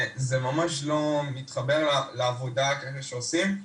זה ממש לא מתחבר לעבודה שעושים.